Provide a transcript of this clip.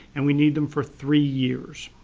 and we need them for three years